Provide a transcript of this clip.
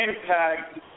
impact